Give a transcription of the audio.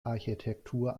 architektur